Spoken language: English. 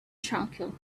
tranquil